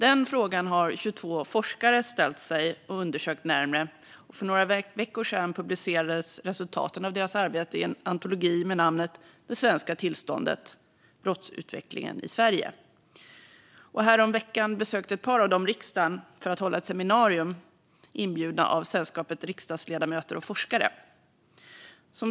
Dessa frågor har 22 forskare ställt sig och undersökt närmare, och för några veckor sedan publicerades resultaten av deras arbete i en antologi med namnet Det svenska tillståndet - En antologi om brottsutvecklingen i Sverige . Häromveckan besökte ett par av dem riksdagen för att hålla ett seminarium, inbjudna av Sällskapet Riksdagsledamöter och forskare.